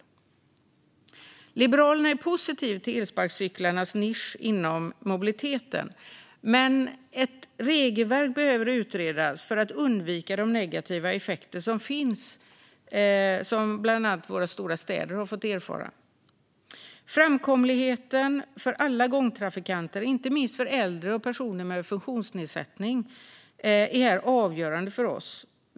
Vi i Liberalerna är positiva till elsparkcyklarnas nisch inom mobiliteten, men ett regelverk behöver utredas för att undvika de negativa effekter som finns och som bland annat våra stora städer har fått erfara. Framkomligheten för alla gångtrafikanter, inte minst för äldre och personer med funktionsnedsättning, är här avgörande för oss.